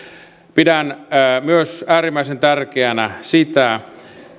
pidän myös äärimmäisen tärkeänä sitä